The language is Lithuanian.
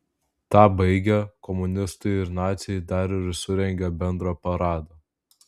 tą baigę komunistai ir naciai dar ir surengė bendrą paradą